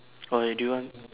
or like do you want